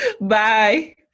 Bye